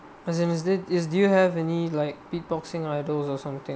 as in is it is do you have any like beatboxing idol or something